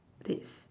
this